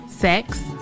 Sex